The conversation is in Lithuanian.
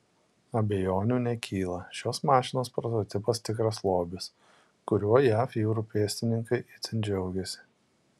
abejonių nekyla šios mašinos prototipas tikras lobis kuriuo jav jūrų pėstininkai itin džiaugiasi